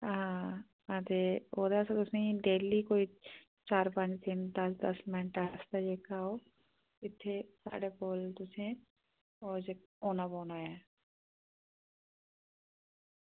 हां ते ओह्दा फ्ही तुसेंगी डेली कोई चार पंज दिन आस्तै दस दस मैंट्ट आस्तै जेह्का ओह् इत्थें साढ़े कोल तुसें ओह् औना पौना ऐ